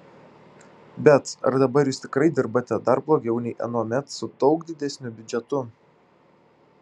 bet ar dabar jūs tikrai dirbate daug blogiau nei anuomet su daug didesniu biudžetu